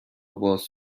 باز